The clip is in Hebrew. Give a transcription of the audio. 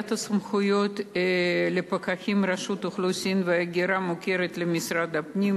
בעיית הסמכויות לפקחי רשות האוכלוסין וההגירה מוכרת למשרד הפנים.